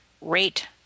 rate